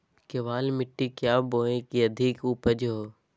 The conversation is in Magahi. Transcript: केबाल मिट्टी क्या बोए की अधिक उपज हो?